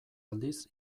aldiz